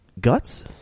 Guts